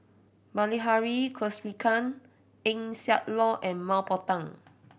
Bilahari Kausikan Eng Siak Loy and Mah Bow Tan